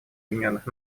объединенных